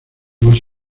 más